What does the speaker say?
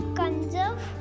conserve